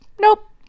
nope